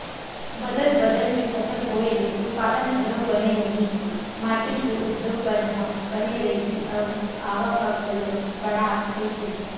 बदल बदल के फसल बोए ले उत्पादन घलोक बने होही, माटी के उपजऊपन ह बने रइही अउ आवक ह घलोक बड़ाथ रहीथे